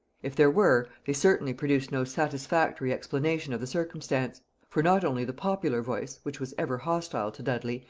if there were, they certainly produced no satisfactory explanation of the circumstance for not only the popular voice, which was ever hostile to dudley,